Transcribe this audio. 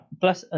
plus